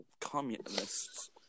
communists